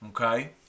okay